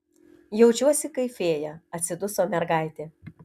jaučiuosi kaip fėja atsiduso mergaitė